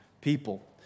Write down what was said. people